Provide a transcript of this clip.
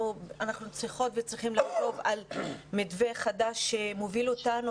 אנחנו צריכות וצריכים ללכת למתווה חדש שמוביל אותנו,